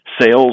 sales